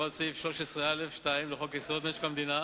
הוראת סעיף 3(א)(2) לחוק-יסוד: משק המדינה,